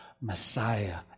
Messiah